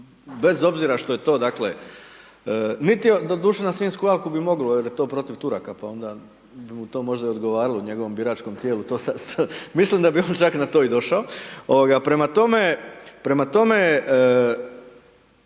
bez obzira što je to, dakle, niti, doduše na Sinjsku alku bi mogao je to protiv Turaka pa onda mu to možda odgovaralo, njegovom biračkom tijelu, to sad, mislim da bi on čak na to i došao. Prema tome,